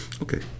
Okay